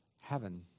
heaven